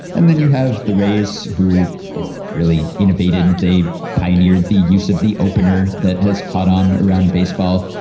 and then you have the rays who really innovated. they pioneered the use of the opener that has caught on around baseball.